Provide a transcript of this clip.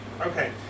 Okay